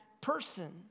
person